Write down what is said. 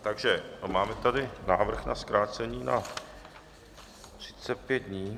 Takže máme tady návrh na zkrácení na 35 dní.